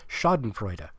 schadenfreude